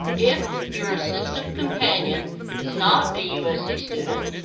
if your assistive companion is not a usc student,